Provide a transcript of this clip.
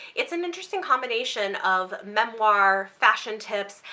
it's an interesting combination of memoir, fashion tips,